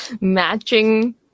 matching